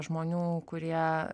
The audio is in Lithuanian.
žmonių kurie